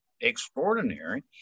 extraordinary